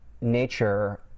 nature